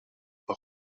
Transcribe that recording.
een